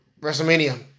WrestleMania